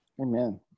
Amen